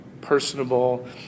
personable